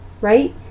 right